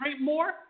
more